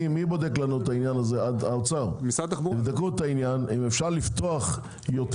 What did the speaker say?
האוצר, תבדקו אם אפשר לפתוח יותר.